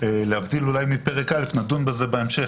להבדיל אולי מפרק א' נדון בזה בהמשך